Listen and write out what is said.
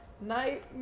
Night